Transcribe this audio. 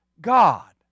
God